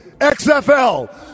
XFL